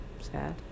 sad